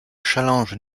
challenge